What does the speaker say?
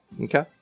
Okay